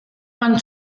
van